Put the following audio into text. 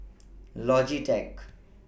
Logitech